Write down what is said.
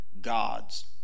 God's